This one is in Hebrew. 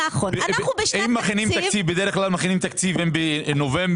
אם מכינים תקציב בדרך כלל מכינים תקציב בנובמבר,